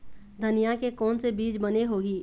धनिया के कोन से बीज बने होही?